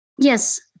Yes